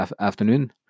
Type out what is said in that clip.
afternoon